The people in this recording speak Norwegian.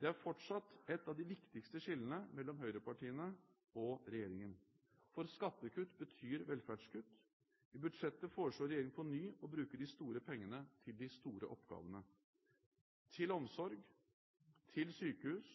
Det er fortsatt et av de viktigste skillene mellom høyrepartiene og regjeringen. For skattekutt betyr velferdskutt. I budsjettet foreslår regjeringen på ny å bruke de store pengene til de store oppgavene: til omsorg til sykehus